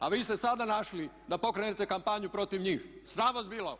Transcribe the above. A vi ste sada našli da pokrenete kampanju protiv njih, sram vas bilo.